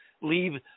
leave